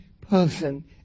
person